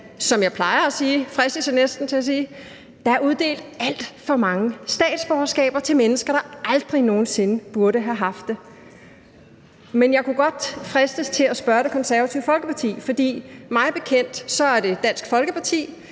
som jeg plejer at sige – fristes jeg næsten til at sige – nemlig, at der er uddelt alt for mange statsborgerskaber til mennesker, der aldrig nogen sinde burde have haft det. Men jeg kunne godt fristes til at sige til Det Konservative Folkeparti, for mig bekendt er det Dansk Folkeparti,